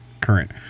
Current